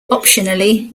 optionally